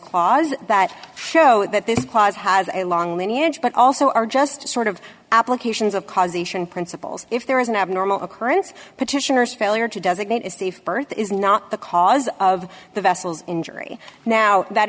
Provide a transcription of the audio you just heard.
clause that show that this clause has a long lineage but also are just sort of applications of causation principles if there is an abnormal occurrence petitioner's failure to designate is steve birth is not the cause of the vessel's injury now that